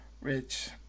rich